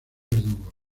verdugo